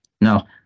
Now